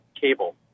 cable